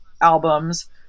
albums